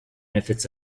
benefits